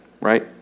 right